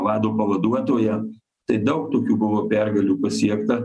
vado pavaduotoja tai daug tokių buvo pergalių pasiekta